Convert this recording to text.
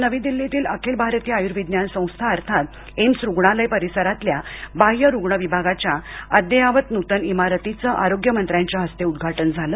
काल नवी दिल्लीतील अखिल भारतीय आयुर्विज्ञान संस्था अर्थात एम्स रुग्णालय परिसरातील बाह्य रुग्ण विभागाच्या अद्ययावत नूतन इमारतीच आरोग्यमंत्र्यांच्या हस्ते उद्घाटन झालं